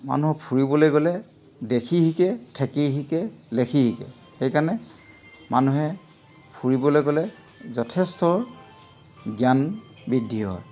মানুহ ফুৰিবলৈ গ'লে দেখি শিকে থেকি শিকে লেখি শিকে সেইকাৰণে মানুহে ফুৰিবলৈ গ'লে যথেষ্ট জ্ঞান বৃদ্ধি হয়